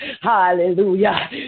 Hallelujah